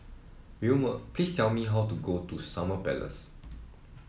please tell me how to get to Summer Place